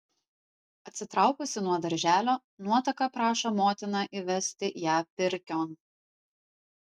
atsitraukusi nuo darželio nuotaka prašo motiną įvesti ją pirkion